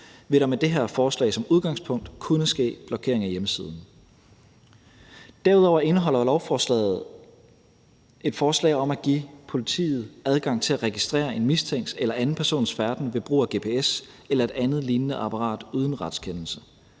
vil der med det her forslag som udgangspunkt kunne ske blokering af hjemmesiden. Derudover indeholder lovforslaget et forslag om at give politiet adgang til at registrere en mistænkts eller anden persons færden ved brug af gps eller et andet lignende apparat uden retskendelse.